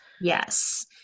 Yes